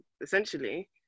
essentially